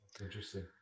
Interesting